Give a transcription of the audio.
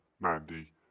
Mandy